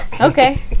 Okay